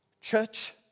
Church